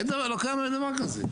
אין דבר כזה, לא קיים דבר כזה.